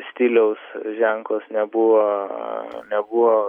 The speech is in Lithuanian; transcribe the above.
stiliaus ženklas nebuvo nebuvo